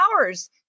hours